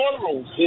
morals